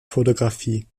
fotografie